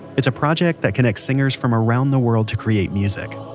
it's a project that connects singers from around the world to create music.